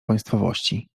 państwowości